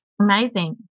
amazing